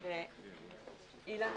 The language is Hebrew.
אילן,